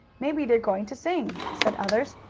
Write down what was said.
maybe they're going to sing, said others.